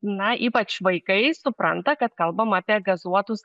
na ypač vaikai supranta kad kalbam apie gazuotus